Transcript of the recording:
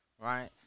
right